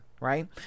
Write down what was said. right